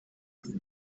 ngo